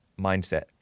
mindset